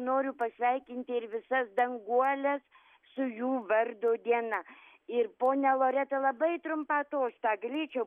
noriu pasveikinti ir visas danguoles su jų vardo diena ir ponia loreta labai trumpą tostą galėčiau